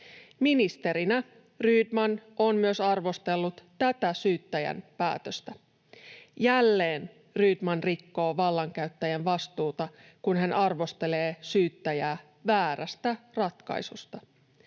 Ministerinä Rydman on myös arvostellut tätä syyttäjän päätöstä. Jälleen Rydman rikkoo vallankäyttäjän vastuuta, kun hän arvostelee syyttäjää väärästä ratkaisusta.